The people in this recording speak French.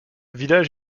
village